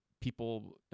people